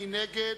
מי נגד?